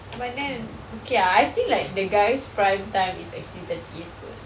but then okay ah I think like the guys prime time is actually thirty years old